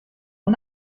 اون